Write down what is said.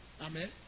Amen